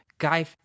Guy